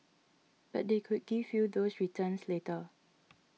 but they could give you those returns later